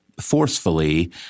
forcefully